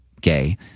gay